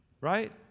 Right